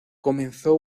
comenzó